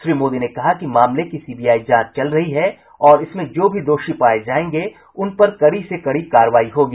श्री मोदी ने कहा कि मामले की सीबीआई जांच चल रही है और इसमें जो भी दोषी पाये जायेंगे उन पर कड़ी से कड़ी कार्रवाई होगी